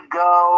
go